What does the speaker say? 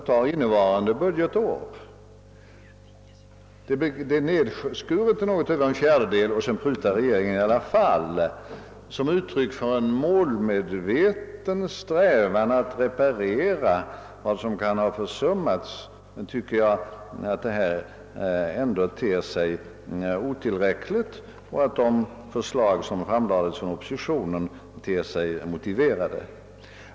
För innevarande budgetår är polischefernas äskanden av styrelsen nedprutade till ungefär en fjärdedel, och sedan prutar regeringen i alla fall. Såsom uttryck för en målmedveten strävan att reparera vad som har försummats är väl detta ändå otillräckligt! Jag tycker att de förslag som har framlagts av oppositionen ter sig motiverade.